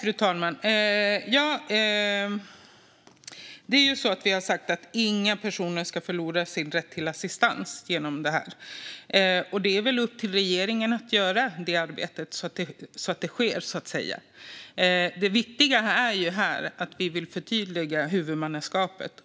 Fru talman! Vi har sagt att inga personer ska förlora sin rätt till assistans genom detta. Det är upp till regeringen att göra det arbetet så att det sker. Det viktiga här är att vi vill förtydliga att huvudmannaskapet